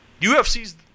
UFC's